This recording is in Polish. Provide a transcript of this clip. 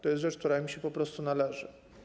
To jest gest, który im się po prostu należy.